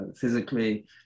physically